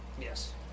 yes